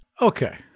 Okay